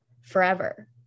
forever